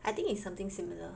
I think it's something similar